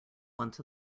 once